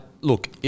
Look